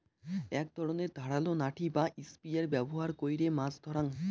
এক ধরণের ধারালো নাঠি বা স্পিয়ার ব্যবহার কইরে মাছ ধরাঙ